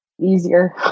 easier